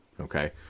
Okay